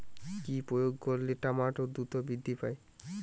কি প্রয়োগ করলে টমেটো দ্রুত বৃদ্ধি পায়?